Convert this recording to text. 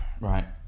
Right